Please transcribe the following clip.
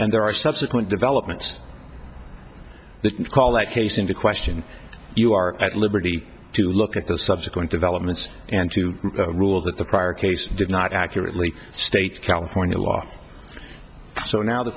and there are subsequent developments that call that case into question you are at liberty to look at the subsequent developments and to rule that the prior case did not accurately state california law so now the